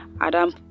adam